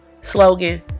slogan